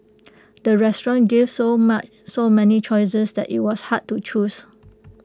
the restaurant gave so so many choices that IT was hard to choose